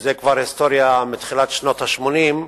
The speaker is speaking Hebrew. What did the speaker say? וזו כבר היסטוריה מתחילת שנות ה-80,